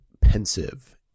Pensive